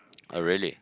oh really